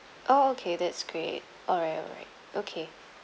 oh okay that's great all right all right okay